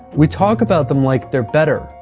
we talk about them like they're better,